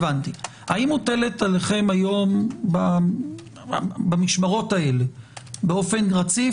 האם מוטלת עליכם היום במשמרות האלה באופן רציף